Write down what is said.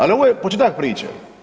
Ali ovo je početak priče.